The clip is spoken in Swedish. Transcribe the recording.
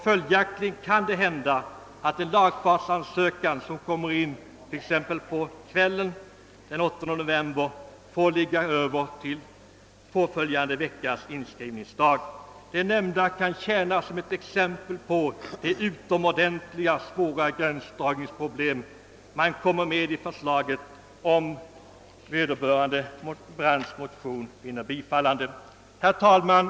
Följaktligen kan det hända att en lagfartsansökan, som kommer in t.ex. den 8 november efter expeditionstidens slut, får ligga över till påföljande veckas inskrivningsdag. Det nämnda kan tjäna som exempel på de utomordentligt svåra gränsdragningsproblem man kommer att stå inför om herr Brandts m.fl. motion vinner bifall. Herr talman!